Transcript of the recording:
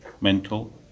mental